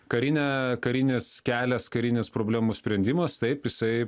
karinę karinis kelias karinis problemos sprendimas taip jisai